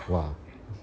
!wah!